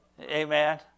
Amen